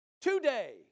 Today